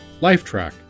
Lifetrack